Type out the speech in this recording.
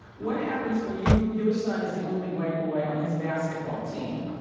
what happens when you your son is the only white boy on his basketball team?